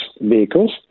vehicles